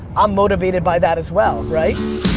i'm motivated by that as well, right?